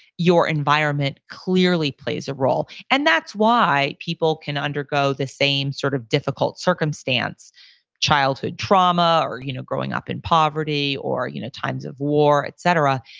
your environment clearly plays a role. and that's why people can undergo the same sort of difficult circumstance childhood trauma or you know growing up in poverty or you know times of war, et cetera,